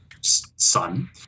son